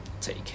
take